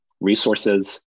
resources